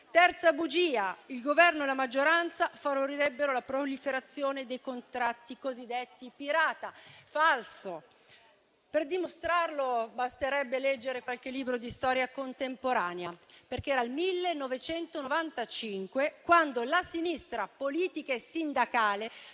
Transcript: Terza bugia: il Governo e la maggioranza favorirebbero la proliferazione dei contratti cosiddetti pirata. Falso. Per dimostrarlo basterebbe leggere qualche libro di storia contemporanea, perché era il 1995 quando la sinistra politica e sindacale